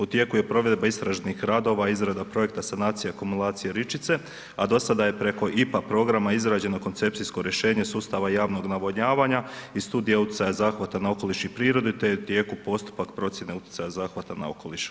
U tijeku je provedba istražnih radova, izrada projekta sanacija i akumulacija Ričice a do sada je preko IPA programa izgrađeno koncepcijsko rješenje sustava javnog navodnjavanja i studija utjecaja zahvata na okoliš i prirodu te je u tijeku postupak procjene utjecaja zahvata na okoliš.